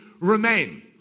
remain